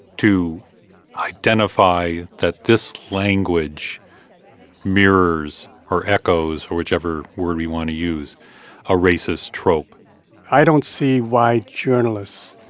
to identify that this language mirrors or echoes or whichever word we want to use a racist trope i don't see why journalists,